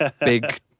big